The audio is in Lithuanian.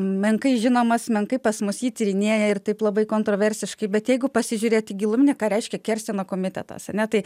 menkai žinomas menkai pas mus jį tyrinėja ir taip labai kontroversiškai bet jeigu pasižiūrėt gilumine ką reiškia kersteno komitetas ane tai